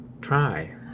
try